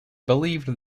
believed